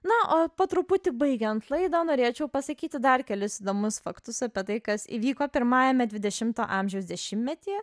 na o po truputį baigiant laidą norėčiau pasakyti dar kelis įdomius faktus apie tai kas įvyko pirmajame dvidešimto amžiaus dešimtmetyje